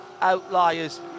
outliers